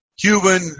Cuban